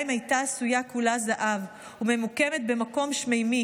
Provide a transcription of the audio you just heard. ירושלים הייתה עשויה כולה זהב וממוקמת במקום שמיימי,